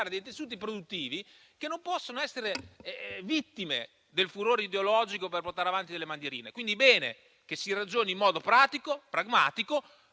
dei tessuti produttivi che non possono essere vittime del furore ideologico per portare avanti delle bandierine. Quindi, bene che si ragioni in modo pratico e pragmatico;